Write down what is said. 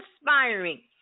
inspiring